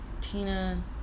Tina